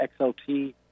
XLT